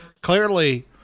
clearly